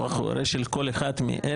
צאצא, אח או הורה של כל אחד מאלה"?